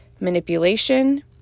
manipulation